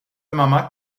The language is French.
moment